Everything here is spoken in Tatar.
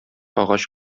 агач